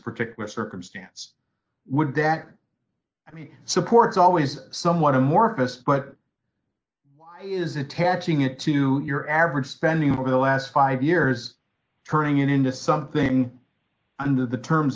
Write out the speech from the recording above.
particular circumstance would that i mean support always somewhat amorphous but why is attaching it to your average spending for the last five years turning into something under the terms